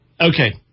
Okay